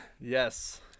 Yes